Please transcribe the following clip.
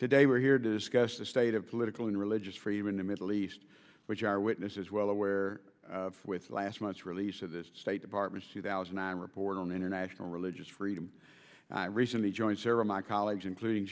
today we're here to discuss the state of political and religious freedom in the middle east which our witness is well aware with last month's release of this state department two thousand i report on international religious freedom i recently joined sarah my colleagues including